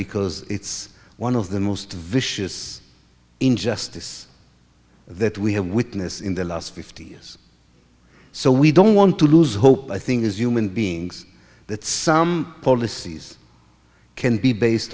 because it's one of the most vicious injustice that we have witness in the last fifty years so we don't want to lose hope i think as human beings that some policies can be based